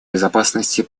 безопасности